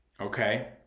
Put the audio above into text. okay